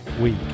week